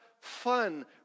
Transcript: fun